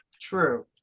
True